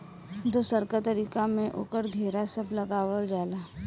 दोसरका तरीका में ओकर घेरा सब लगावल जाला